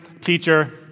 teacher